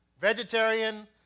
vegetarian